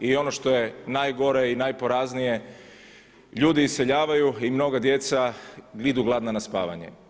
I ono što je najgore i najporaznije ljudi iseljavaju i mnoga djeca idu gladna na spavanje.